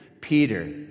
Peter